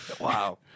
Wow